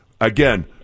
Again